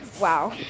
Wow